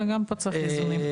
וגם פה צריך איזונים.